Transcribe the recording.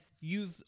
use